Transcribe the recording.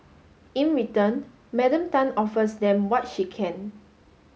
in return Madam Tan offers them what she can